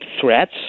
threats